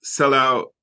sellout